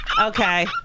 Okay